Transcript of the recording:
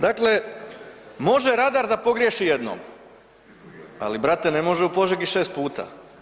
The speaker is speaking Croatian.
Dakle, može radar da pogriješi jednom, ali brate ne može u Požegi 6 puta.